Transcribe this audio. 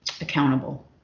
accountable